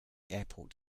airport